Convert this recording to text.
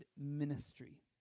ministry